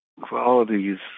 qualities